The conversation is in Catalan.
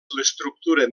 l’estructura